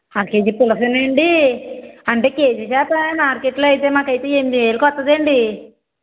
KG పులసా అండి అంటే కేజీ దాకా మార్కెట్లో అయితే మాకు అయితే ఎనిమిది వేలకి వస్తుందండి